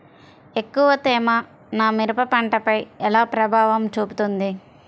ఎక్కువ తేమ నా మిరప పంటపై ఎలా ప్రభావం చూపుతుంది?